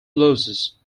loses